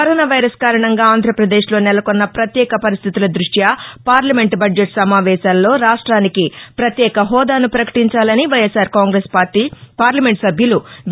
corona virus కారణంగా ఆంధ్రప్రదేశ్లో నెలకొన్న పత్యేక పరిస్థితుల దృష్ట్య పార్లమెంటు బడ్జెట్ సమావేశాల్లో రాష్ట్వినికి ప్రత్యేక హోదాను ప్రకటించాలని వైఎస్సార్ కాంగ్రెస్ పార్టీ పార్లమెంట్ సభ్యులు వి